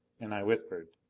and i whispered,